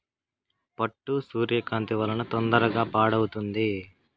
పట్టు సూర్యకాంతి వలన తొందరగా పాడవుతుంది